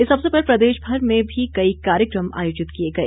इस अवसर पर प्रदेशभर में भी कई कार्यक्रम आयोजित किए गए